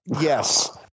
Yes